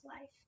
life